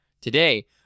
today